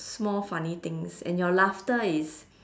small funny things and your laughter is